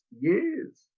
years